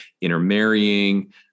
intermarrying